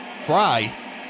Fry